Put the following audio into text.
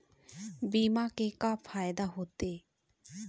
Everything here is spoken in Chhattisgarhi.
बीमा के का फायदा होते?